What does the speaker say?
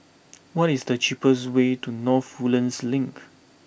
what is the cheapest way to North Woodlands Link